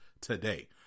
today